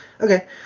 okay